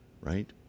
right